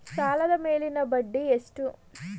ಸಾಲದ ಮೇಲಿನ ಬಡ್ಡಿ ಎಷ್ಟು?